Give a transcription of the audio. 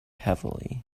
heavily